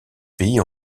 pays